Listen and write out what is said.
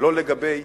לגבי